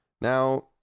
Now